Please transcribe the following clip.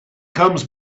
comes